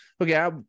okay